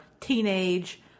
teenage